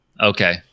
okay